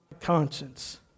conscience